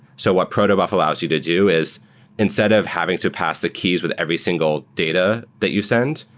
so what protobuf allows you to do is instead of having to pass the keys with every single data that you send,